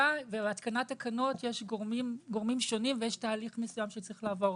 ולצורך התקנת תקנות יש גורמים שונים ויש תהליך מסוים שיש לעבור.